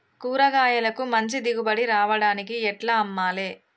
కూరగాయలకు మంచి దిగుబడి రావడానికి ఎట్ల అమ్మాలే?